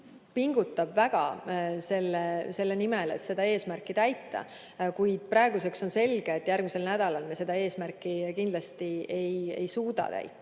pingutab väga selle nimel, et seda eesmärki täita. Kuid praeguseks on selge, et järgmisel nädalal me seda eesmärki täita kindlasti ei suuda.